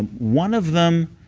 and one of them.